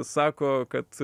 sako kad